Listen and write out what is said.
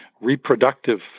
reproductive